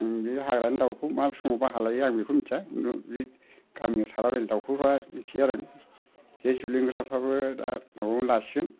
बे हाग्रानि दाउखौ मा समाव बाहा लायो आं बेखौ मिथिया बे गामियाव थालाबायनाय दाउखौबा मिथियो आरो आं जे जुलुंगि फ्राबो दा माबायाव लासिगोन